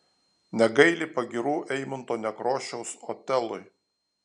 negaili pagyrų eimunto nekrošiaus otelui